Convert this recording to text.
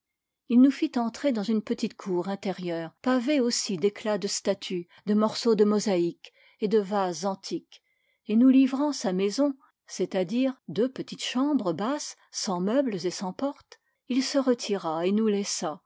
il nous fit entrer dans une petite cour intérieure pavée aussi d'éclats de statue de morceaux de mosaïque et de vases antiques et nous livrant sa maison c'est-à-dire deux petites chambres basses sans meubles et sans portes il se retira et nous laissa